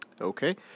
Okay